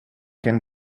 can